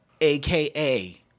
AKA